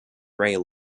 rail